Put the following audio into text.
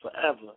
forever